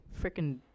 freaking